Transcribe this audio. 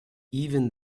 even